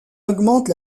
augmente